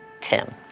Tim